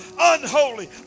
unholy